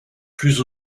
plus